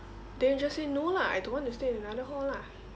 then you just say no lah I don't want to stay in another hall lah